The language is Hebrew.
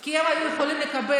כי הם היו יכולים לקבל,